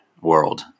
world